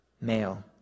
Male